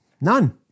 None